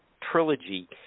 trilogy